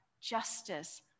justice